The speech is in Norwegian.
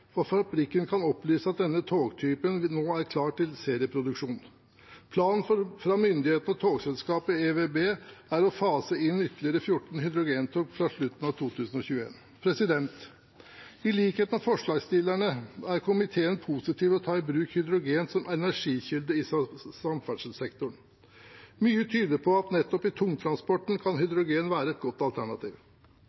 fabrikken kan opplyse at denne togtypen nå er klar til serieproduksjon. Planen fra myndighetene og togselskapet EVB er å fase inn ytterligere 14 hydrogentog fra slutten av 2021. I likhet med forslagsstillerne er komiteen positiv til å ta i bruk hydrogen som energikilde i samferdselssektoren. Mye tyder på at nettopp i tungtransporten kan